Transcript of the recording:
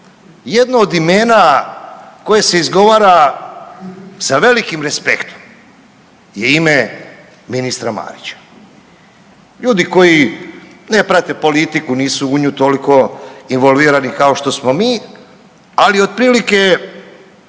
Jedno od imena koje se izgovara sa velikim respektom je ime ministra Marića. Ljudi koji ne prate politiku, nisu u nju tolko involvirani kao što smo mi, ali otprilike